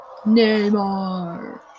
Neymar